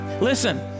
Listen